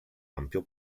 ampio